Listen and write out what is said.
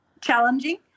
challenging